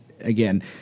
again